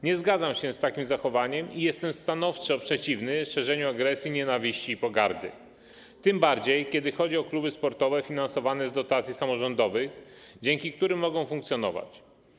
Nie zgadzam się z takim zachowaniem i jestem stanowczo przeciwny szerzeniu agresji, nienawiści i pogardy - tym bardziej jeśli chodzi o kluby sportowe finansowane z dotacji samorządowych, dzięki którym mogą funkcjonować.